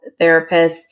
therapists